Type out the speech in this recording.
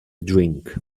drink